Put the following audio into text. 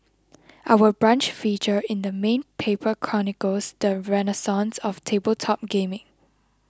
Our Brunch feature in the main paper chronicles the renaissance of tabletop gaming